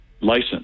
license